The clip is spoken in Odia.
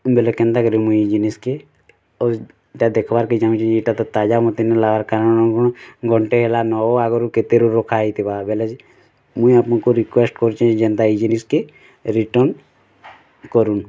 ବେଲେ କେନ୍ତା କରି ମୁଇଁ ଜିନିଷ୍କେ ଆଉ ଦେଖ୍ବାର୍କେ ଚାଁହୁଛି ଏଇଟା ତ ତାଜା ମୋତେ ନା ଲଗାର୍ କାରଣ କଣ ଘଣ୍ଟେ ହେଲା ନ ଆଗୁରୁ କେତେରୁ ରଖା ହୋଇଥିବା ବେଲେ ଯେ ମୁଇଁ ଆପଣ କ ରିକ୍ୟୁଏଷ୍ଟ୍ କରୁଛି ଯେନ୍ତା ଏଇ ଜିନିଷ୍କେ ରିଟର୍ଣ୍ଣ କରୁନ୍